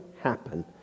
happen